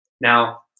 Now